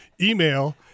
email